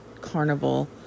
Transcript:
carnival